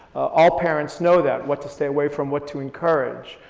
all parents know that, what to stay away from, what to encourage.